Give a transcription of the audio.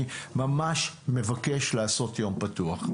אני ממש מבקש לעשות יום פתוח,